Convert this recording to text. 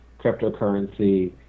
cryptocurrency